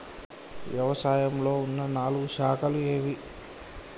వ్యవసాయంలో ఉన్న నాలుగు శాఖలు ఏవి?